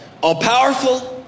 all-powerful